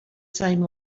same